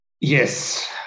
Yes